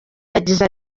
yagize